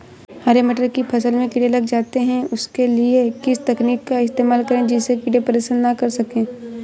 हरे मटर की फसल में कीड़े लग जाते हैं उसके लिए किस तकनीक का इस्तेमाल करें जिससे कीड़े परेशान ना कर सके?